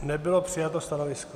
Nebylo přijato stanovisko.